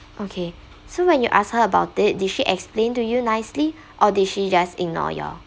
okay so when you ask her about it did she explained to you nicely or did she just ignore you all